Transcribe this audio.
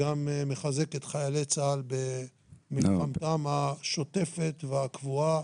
וגם מחזק את חיילי צה"ל במלחמתם השוטפת והקבועה